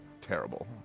terrible